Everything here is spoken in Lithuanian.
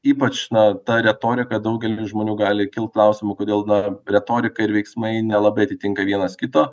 ypač na ta retorika daugeliui žmonių gali kilt klausimų kodėl na retorika ir veiksmai nelabai atitinka vienas kito